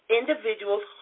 individuals